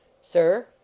Sir